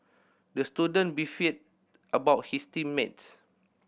the student beefed about his team mates